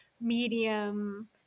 medium